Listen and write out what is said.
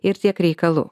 ir tiek reikalų